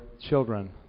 children